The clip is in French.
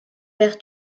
père